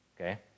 Okay